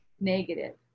negative